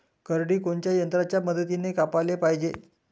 करडी कोनच्या यंत्राच्या मदतीनं कापाले पायजे?